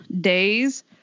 days